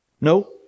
No